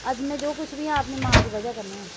अज्ज में जो कुछ बी आं अपनी मां दी वजह् कन्नै